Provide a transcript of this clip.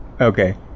okay